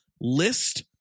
list